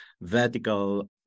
vertical